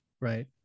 Right